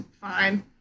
Fine